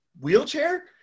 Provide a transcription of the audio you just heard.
wheelchair